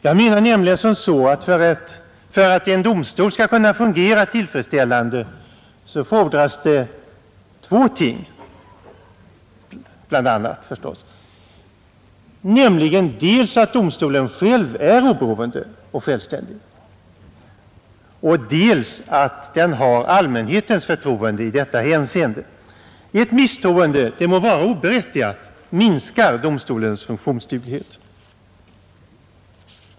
Jag menar att för att en domstol skall kunna fungera tillfredsställande fordras det bl.a. två ting, dels att domstolen själv är oberoende och självständig, dels att den har allmänhetens förtroende i detta hänseende. Ett misstroende, det må vara oberättigat, minskar domstolens funktionsduglighet.